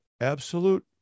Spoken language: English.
Absolute